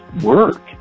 work